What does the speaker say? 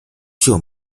具有